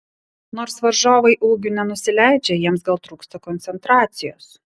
nors varžovai ūgiu nenusileidžia jiems gal trūksta koncentracijos